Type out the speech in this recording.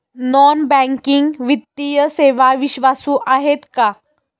Non banking वित्तीय सेवा विश्वासू आहेत का?